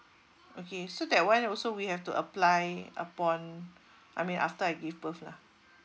okay so that one also we have to apply upon I mean after I give birth lah